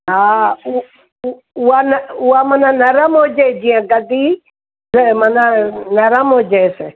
हा उ उ उहा न उहा माना नरमु हुजे जीअं गदी माना नरमु हुजेसि